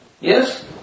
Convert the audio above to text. Yes